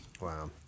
Wow